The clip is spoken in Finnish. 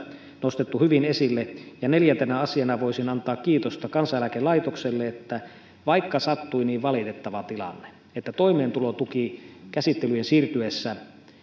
nostettu hyvin esille neljäntenä asiana voisin antaa kiitosta kansaneläkelaitokselle että vaikka sattui niin valitettava tilanne että toimeentulotukikäsittelyjen siirtyessä